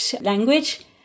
language